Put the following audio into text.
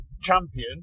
champion